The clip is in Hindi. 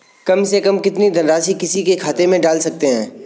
कम से कम कितनी धनराशि किसी के खाते में डाल सकते हैं?